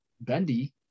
bendy